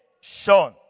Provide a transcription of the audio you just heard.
shown